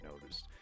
noticed